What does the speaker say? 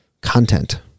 content